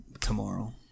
tomorrow